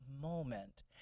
moment